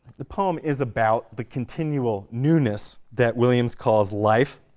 the poem is about the continual newness that williams calls life,